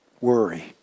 worry